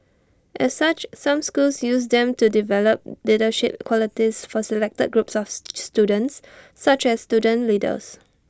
as such some schools use them to develop leadership qualities for selected groups of students such as student leaders